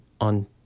on